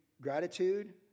gratitude